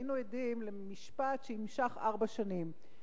היינו עדים למשפט שנמשך ארבע שנים.